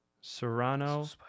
serrano